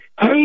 hey